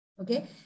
Okay